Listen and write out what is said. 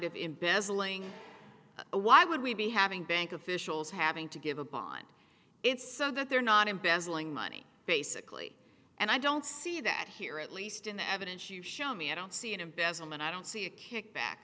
of embezzling why would we be having bank officials having to give a bond it's so that they're not embezzling money basically and i don't see that here at least in the evidence you show me i don't see an embezzlement i don't see a kickback